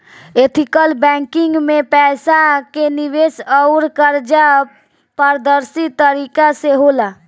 ethical banking में पईसा के निवेश अउर कर्जा पारदर्शी तरीका से होला